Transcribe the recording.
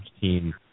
team